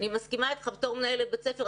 אני מסכימה אתך כי כמנהלת בית ספר,